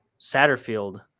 Satterfield